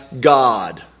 god